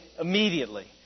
immediately